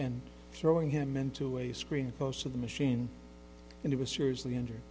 and throwing him into a screening post of the machine and he was seriously injured